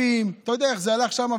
הערבים, אתה יודע איך זה הלך שם,